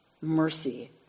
mercy